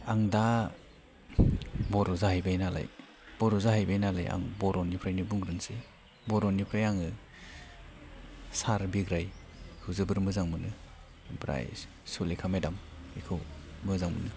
आं दा बर' जाहैबायनालाय बर' जाहैबायनालाय आं बर'निफ्रायनो बुंग्रोनोसै बर'निफ्राय आङो सार बिग्रायखौ जोबोर मोजां मोनो ओमफ्राय सुलिखा मेडाम बेखौ मोजां मोनो